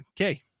okay